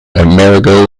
amerigo